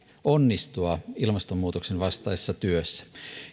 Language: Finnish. onnistua ilmastonmuutoksen vastaisessa työssä